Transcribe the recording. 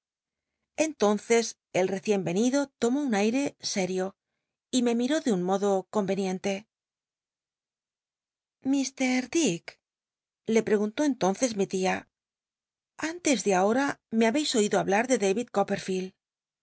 entonces el recien venido tomó un ttite sério y me miró de un modo eomeniente mr dick le preguntó entonces mi tia nntes de ahora me habeis oído hablar de david